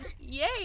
Yay